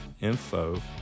info